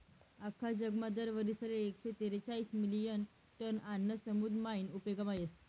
आख्खा जगमा दर वरीसले एकशे तेरेचायीस मिलियन टन आन्न समुद्र मायीन उपेगमा येस